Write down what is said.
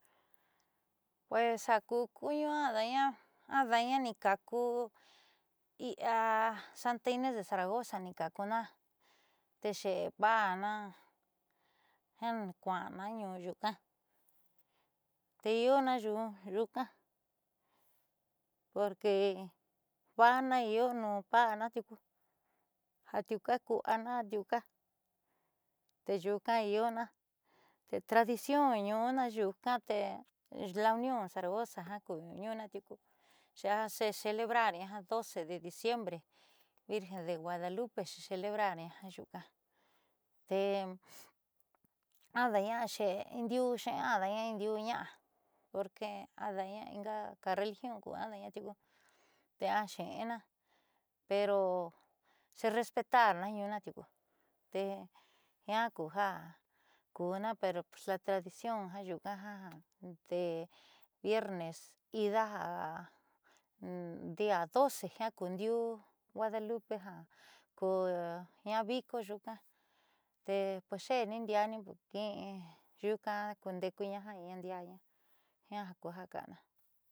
Pues ku ada'aña ada'ana ni kakuiia santa inés de zaragoza nikakuna xe'e pa'ana jiaa kua'ana ñuu nyuuka tee i'iona nyuuka porque va'ana io nuun pa'ana tiuku ja atiuuka ku'uana atiuuka te nyuuka iiana tee tradición ñuunaa nyuuka tee unión zaragoza ja ku nuunaa tiuko xe xebebrarña doce de diciembre virgen de guadalupe xecelebrarña nyuuka te ada'aña a xe'en indiuu xe'enna in diuu ña'a porque ada'aña inga religión ada'aña tiuku te axe'ena pera xerespetarna ñuu naa tiuku tee jiaa ku jakuuna pera ja tradición nyuuka tee viernes ida ja dia doce jiaa kundiuu guadalupe ja kokooña viko nyuuka xeeni ndioani kiin nyuuka kunde'eku ndiaaña jiaa kuja ka'ana.